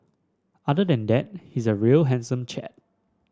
other than that he's a real handsome chap